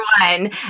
one